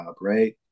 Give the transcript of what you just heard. Right